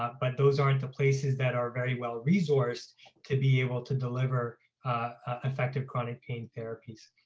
but those aren't the places that are very well resourced to be able to deliver effective chronic pain therapies.